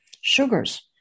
sugars